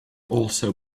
also